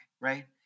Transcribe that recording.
Right